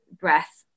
breath